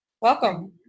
Welcome